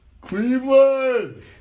Cleveland